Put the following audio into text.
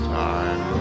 time